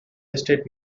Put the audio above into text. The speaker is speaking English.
estate